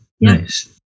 nice